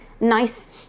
nice